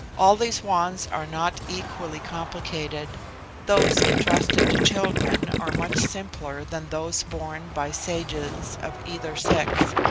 all these wands are not equally complicated those intrusted to children are much simpler than those borne by sages of either sex,